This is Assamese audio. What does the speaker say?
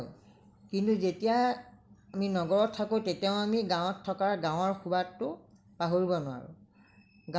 কিন্তু যেতিয়াই আমি নগৰত থাকোঁ তেতিয়াও আমি গাঁৱত থকাৰ গাঁৱৰ সোৱাদটো পাহৰিব নোৱাৰোঁ